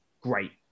Great